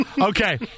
Okay